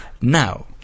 now